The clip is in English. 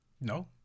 No